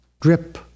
drip